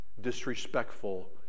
disrespectful